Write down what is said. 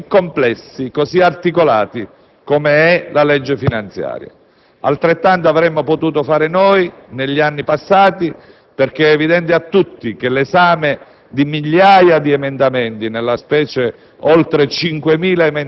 la conclusione dell'esame di provvedimenti complessi e articolati come la legge finanziaria; altrettanto avremmo potuto fare noi negli anni passati. È evidente, infatti, che l'esame